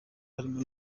harimo